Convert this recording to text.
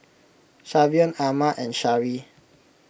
Savion Emma and Sharee